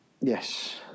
Yes